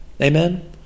Amen